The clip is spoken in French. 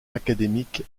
académique